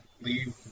leave